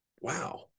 Wow